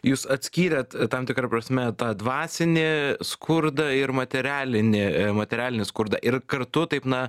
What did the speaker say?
jūs atskyrėt tam tikra prasme tą dvasinį skurdą ir materialinį materialinį skurdą ir kartu taip na